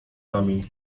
nami